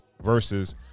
versus